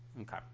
Okay